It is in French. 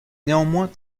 néanmoins